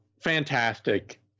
fantastic